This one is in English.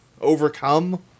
Overcome